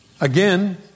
Again